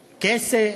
כסף,